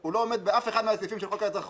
הוא לא עומד באף אחד מהסעיפים של חוק האזרחות.